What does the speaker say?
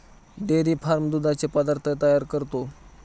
dairy farm दुधाचे पदार्थ तयार करतो